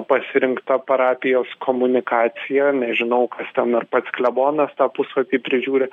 pasirinkta parapijos komunikacija nežinau kas ten ar pats klebonas tą puslapį prižiūri